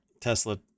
Tesla